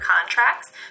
contracts